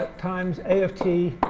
times a of t